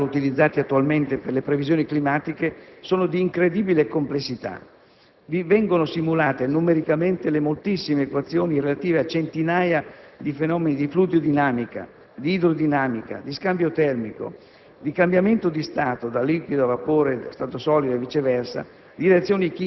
a contrastare le variazioni di temperatura). I codici di calcolo utilizzati attualmente per le previsioni climatiche sono di incredibile complessità. Vi vengono simulate numericamente le moltissime equazioni relative a centinaia di fenomeni di fluidodinamica, di idrodinamica, di scambio termico,